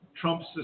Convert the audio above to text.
Trump's